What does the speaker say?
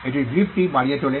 এটির গ্রিপটি বাড়িয়ে তোলে